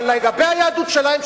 אבל לגבי היהדות שלהם,